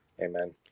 Amen